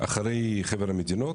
אחרי חבר המדינות,